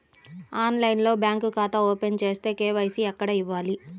ఆన్లైన్లో బ్యాంకు ఖాతా ఓపెన్ చేస్తే, కే.వై.సి ఎక్కడ ఇవ్వాలి?